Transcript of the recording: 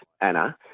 Anna